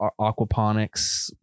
aquaponics